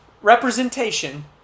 representation